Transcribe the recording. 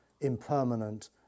impermanent